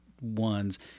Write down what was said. ones